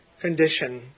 condition